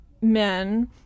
men